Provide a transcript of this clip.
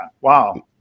Wow